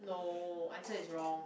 no answer is wrong